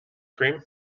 cream